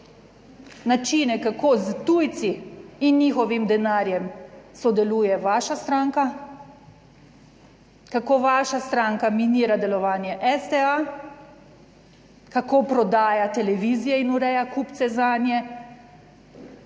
načine kako s tujci in njihovim denarjem sodeluje vaša stranka, kako vaša stranka minira delovanje STA, kako prodaja televizije in ureja kupce zanje,